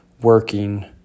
working